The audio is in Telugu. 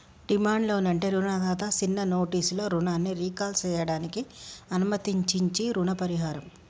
డిమాండ్ లోన్ అంటే రుణదాత సిన్న నోటీసులో రుణాన్ని రీకాల్ సేయడానికి అనుమతించించీ రుణ పరిహారం